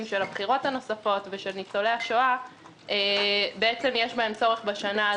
של הבחירות הנוספות ושל ניצולי השואה בעצם יש בהם צורך בשנה הזו.